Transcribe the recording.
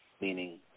meaning